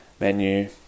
menu